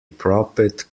prophet